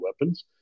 weapons